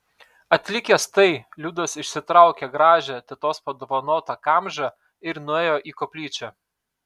atlikęs tai liudas išsitraukė gražią tetos padovanotą kamžą ir nuėjo į koplyčią